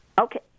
Okay